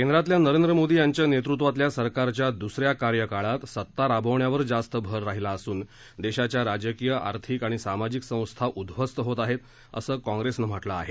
केंद्रातल्या नरेंद्र मोदी यांच्या नेतृत्वातल्या सरकारच्या द्सऱ्या कार्यकाळात सत्ता राबवण्यावर जास्त भर राहिला असून देशाच्या राजकीय आर्थिक आणि सामाजिक संस्था उद्ववस्त होत आहेत असं काँप्रेसनं म्हटलं आहे